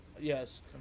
Yes